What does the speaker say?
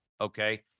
Okay